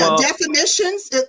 definitions